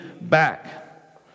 back